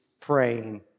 praying